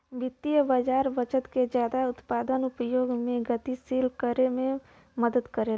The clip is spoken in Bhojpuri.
वित्तीय बाज़ार बचत के जादा उत्पादक उपयोग में गतिशील करे में मदद करला